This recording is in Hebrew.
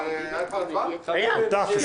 לפרוטוקול, אני רוצה